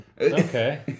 okay